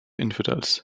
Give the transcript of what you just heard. infidels